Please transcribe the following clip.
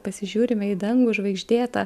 pasižiūrime į dangų žvaigždėtą